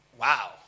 wow